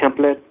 template